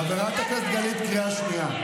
חברת הכנסת, קריאה שנייה.